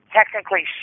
technically